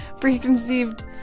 preconceived